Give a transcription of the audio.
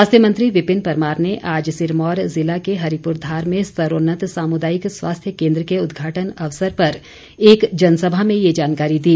स्वास्थ्य मंत्री विपिन परमार ने आज सिरमौर जिला के हरिपुरधार में स्तरोन्नत सामुदायिक स्वास्थ्य केन्द्र के उदघाटन अवसर पर एक जनसभा में ये जानकारी दी